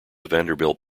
vanderbilt